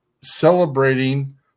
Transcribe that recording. celebrating